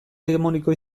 hegemoniko